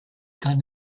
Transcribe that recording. kann